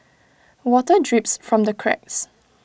water drips from the cracks